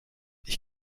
ich